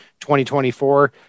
2024